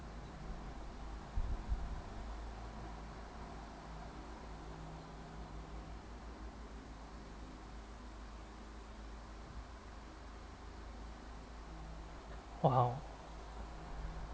!wow!